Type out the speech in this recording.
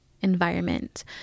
environment